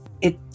it-